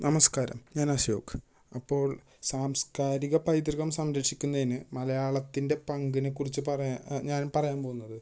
നമസ്കാരം ഞാന് അശോക് അപ്പോള് സാംസ്കാരിക പൈതൃകം സംരക്ഷിക്കുന്നതിന് മലയാളത്തിന്റെ പങ്കിനെക്കുറിച്ച് പറയാൻ ഞാന് പറയാന് പോകുന്നത്